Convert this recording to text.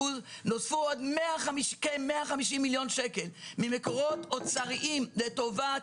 נוספו עוד 150 מיליון שקל ממקורות של האוצר לטובת